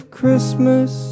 Christmas